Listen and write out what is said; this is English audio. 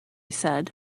said